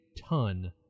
ton